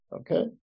Okay